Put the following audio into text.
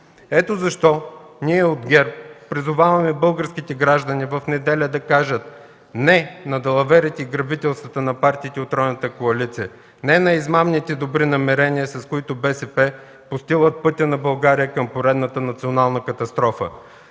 Ето защо ние от ГЕРБ призоваваме българските граждани в неделя да кажат: „Не” на далаверите и грабителствата на партиите от тройната коалиция, „Не” на измамните добри намерения, с които БСП постилат пътя на България към поредната национална катастрофа!